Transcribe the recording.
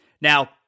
Now